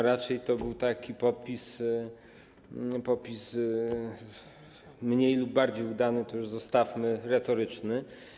Raczej to był taki popis - mniej lub bardziej udany, to już zostawmy - retoryczny.